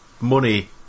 money